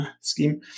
scheme